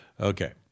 Okay